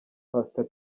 pastor